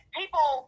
people